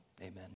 Amen